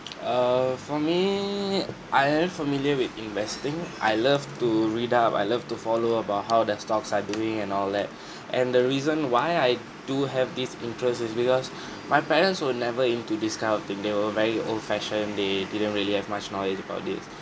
err for me I am familiar with investing I love to read up I love to follow about how the stocks are doing and all that and the reason why I do have this interest is because my parents were never into this kind of thing they were very old fashion they didn't really have much knowledge about it